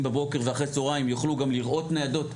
בבוקר ואחר הצוהריים יוכלו גם לראות ניידות.